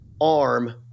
arm